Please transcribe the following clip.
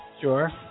Sure